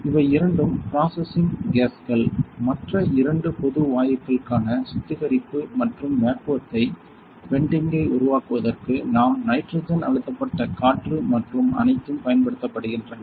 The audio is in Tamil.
இவை இரண்டும் பிராசசிங் கேஸ்க்கள் மற்ற இரண்டு பொது வாயுக்களுக்கான சுத்திகரிப்பு மற்றும் வேக்குவத்த்தை வென்டிங்கை உருவாக்குவதற்கு நாம் நைட்ரஜன் அழுத்தப்பட்ட காற்று மற்றும் அனைத்தும் பயன்படுத்தப்படுகின்றன